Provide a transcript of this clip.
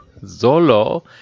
Zolo